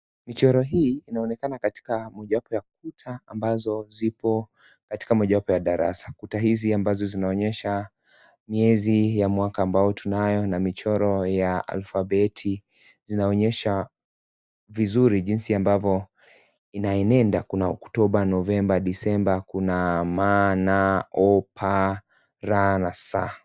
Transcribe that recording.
Michoro hii inaonekana katika mojawapo ya ukuta, ambazo ziko, katika mojawapo ya darasa. Kuta hizi ambazo zinaonyesha miezi ya mwaka ambao tunayo na michoro ya alfabeti. Zinaonyesha vizuri jinsi ambavo inainenda. Kuna Oktoba, Novemba, Disemba kuna M,N,O,P,R na S.